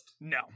no